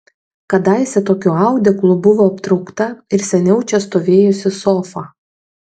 kadaise tokiu audeklu buvo aptraukta ir seniau čia stovėjusi sofa